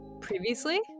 previously